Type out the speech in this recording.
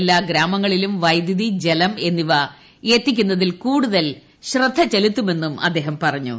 എല്ലാ ഗ്രാമങ്ങളിലും വൈദ്യുതി ജലം എന്നിവ എത്തിക്കുന്നതിൽ കൂടുതൽ ശ്രദ്ധ ചെലുത്തുമെന്നും അദ്ദേഹം പറഞ്ഞു